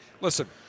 Listen